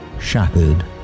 Shattered